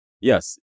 yes